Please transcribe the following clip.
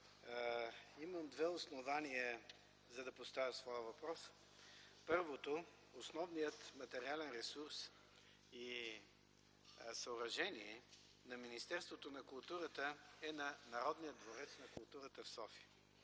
Имам две основания, за да поставя своя въпрос. Първото е, че основният материален ресурс и съоръжение на Министерството на културата е Народният дворец на културата – София.